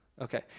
Okay